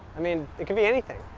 i mean, it could be anything.